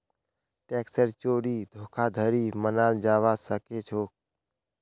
टैक्सेर चोरी धोखाधड़ी मनाल जाबा सखेछोक